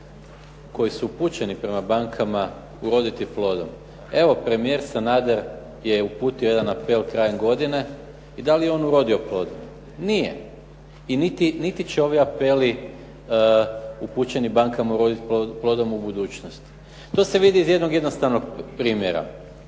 koji su upućeni prema bankama uroditi plodom? Evo premijer Sanader je uputio jedan apel krajem godine i da li je on urodio plodom? Nije. I niti će ovi apeli upućeni bankama uroditi plodom u budućnosti. To se vidi iz jednog jednostavnog primjera.